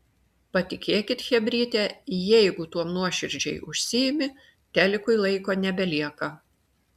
patikėkit chebryte jeigu tuom nuoširdžiai užsiimi telikui laiko nebelieka